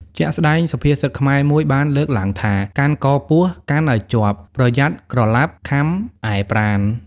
ជាក់ស្ដែងសុភាសិតខ្មែរមួយបានលើកឡើងថា" កាន់កពស់កាន់ឲ្យជាប់ប្រយ័ត្នក្រឡាប់ខាំឯប្រាណ"។